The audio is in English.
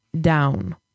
down